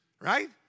right